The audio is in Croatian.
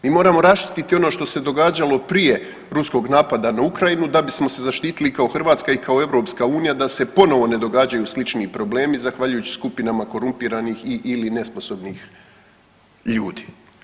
Mi moramo raščistiti ono što se događalo prije ruskog napada na Ukrajinu da bismo se zaštitili i kao Hrvatska i kao EU da se ponovo ne događaju slični problemi zahvaljujući skupinama i/ili nesposobnih ljudi.